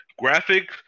graphics